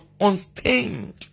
unstained